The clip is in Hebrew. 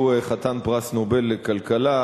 שהוא חתן פרס נובל לכלכלה,